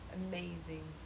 amazing